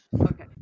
Okay